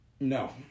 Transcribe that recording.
No